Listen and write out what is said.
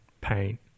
paint